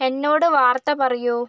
എന്നോട് വാർത്ത പറയൂ